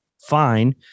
Fine